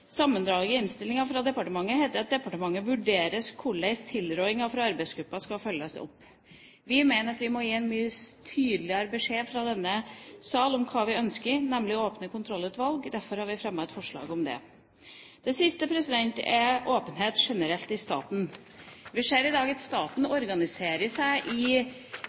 sammendraget i proposisjonen fra departementet heter det: «Departementet vurderer korleis tilrådingane frå arbeidsgruppa skal følgjast opp.» Vi mener at det må gis tydeligere beskjed fra denne salen om hva vi ønsker, nemlig åpne kontrollutvalg. Derfor har vi fremmet et forslag om det. Det siste forslaget gjelder åpenhet generelt i staten. Vi ser i dag at staten organiserer seg i